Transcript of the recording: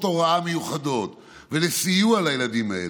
הוראה מיוחדות ולסיוע לילדים האלה.